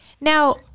Now